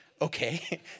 Okay